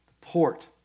port